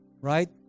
right